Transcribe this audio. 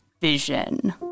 Vision